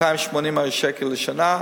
280 שקל לשנה.